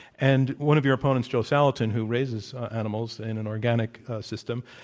and one of your opponents, joel salatin, who raises animals in an organic system,